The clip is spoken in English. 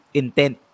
intent